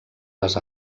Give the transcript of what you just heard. les